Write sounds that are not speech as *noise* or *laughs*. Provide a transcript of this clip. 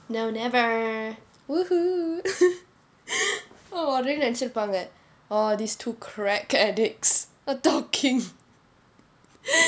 no never !woohoo! *laughs* oh already நினைச்சிருப்பாங்க:ninaichirupaanga oh this two crack addicts are talking